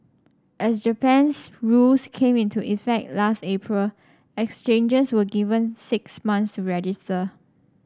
as Japan's rules came into effect last April exchanges were given six months to register